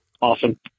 Awesome